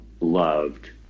loved